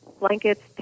blankets